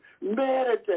Meditate